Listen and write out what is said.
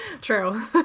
True